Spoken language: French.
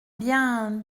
bien